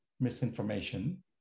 misinformation